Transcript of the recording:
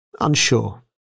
unsure